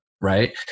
right